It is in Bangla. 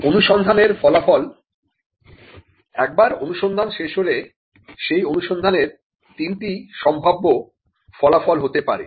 অনুসন্ধানের ফলাফল একবার অনুসন্ধান শেষ হলে সেই অনুসন্ধানের তিনটি সম্ভাব্য ফলাফল হতে পারে